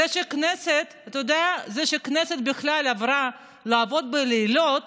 אתה יודע, זה שהכנסת בכלל עברה לעבוד בלילות